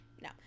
no